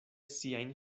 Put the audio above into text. siajn